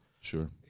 Sure